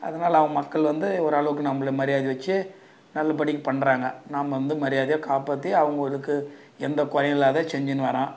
அதனால மக்கள் வந்து ஓரளவுக்கு நம்மள மரியாதை வச்சு நல்லப்படிக்கு பண்ணுறாங்க நாம வந்து மரியாதையை காப்பாற்றி அவங்களுக்கு எந்த குறையும் இல்லாது செஞ்சுன்னு வரோம்